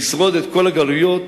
לשרוד את כל הגלויות,